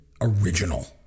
original